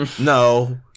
No